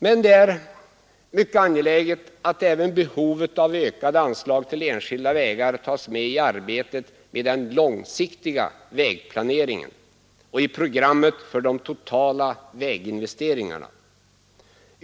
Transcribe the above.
Det är emellertid mycket angeläget att även behovet av ökade anslag till enskilda vägar tas med i arbetet med den långsiktiga vägplaneringen och i programmet för de totala väginvesteringarna.